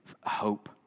hope